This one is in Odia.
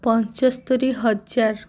ପଞ୍ଚସ୍ତରି ହଜାର